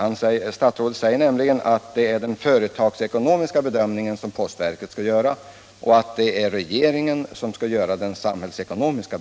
Han säger nämligen att postverket skall göra den företagsekonomiska bedömningen och regeringen den samhällsekonomiska.